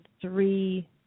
three